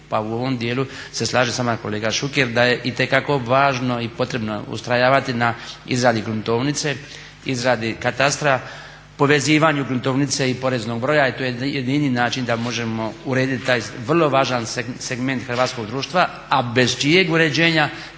Pa u ovom djelu se slažem s vama kolega Šuker da je itekako važno i potrebno ustrajavati na izradi gruntovnice, izradi katastra, povezivanju gruntovnice i poreznog broja i to je jedini način da možemo urediti taj vrlo važan segment hrvatskog društva a bez čijeg uređenja